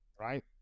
right